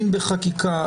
אם בחקיקה,